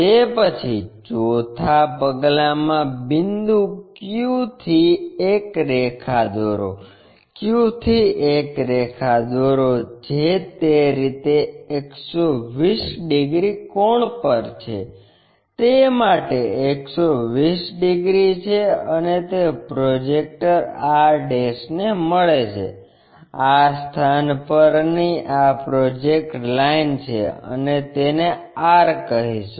તે પછી ચોથા પગલાં મા બિંદુ q થી એક રેખા દોરો q થી એક રેખા દોરો જે તે રીતે 120 ડિગ્રી કોણ પર છે તે માટે 120 ડિગ્રી છે અને તે પ્રોજેક્ટર r ને મળે છે આ સ્થાન પરની આ પ્રોજેક્ટર લાઇન છે અને તેને r કહીશું